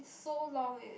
so long eh